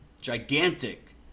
gigantic